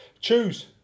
choose